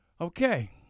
Okay